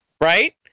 right